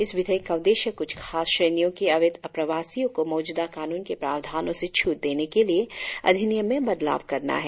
इस विधेयक का उद्देश्य कुछ खास श्रेणियों के अवैध आप्रवासियों को मौजूदा कानून के प्रावधानों से छूटे देने के लिए अधिनियम में बदलाव करना है